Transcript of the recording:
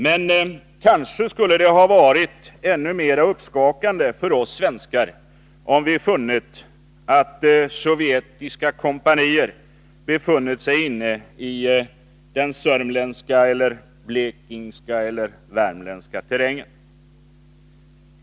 Men kanske skulle det ha varit ännu mer uppskakande för oss svenskar, om vi funnit att sovjetiska kompanier befunnit sig inne i den sörmländska eller blekingska eller värmländska terrängen.